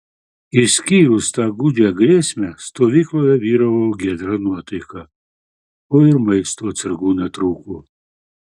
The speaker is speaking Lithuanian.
išskyrus tą gūdžią grėsmę stovykloje vyravo giedra nuotaika o ir maisto atsargų netrūko